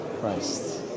Christ